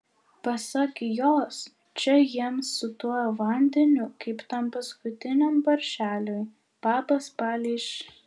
pasak jos čia jiems su tuo vandeniu kaip tam paskutiniam paršeliui papas palei š